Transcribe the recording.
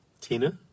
Tina